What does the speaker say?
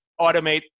automate